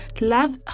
Love